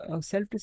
self